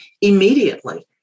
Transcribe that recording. immediately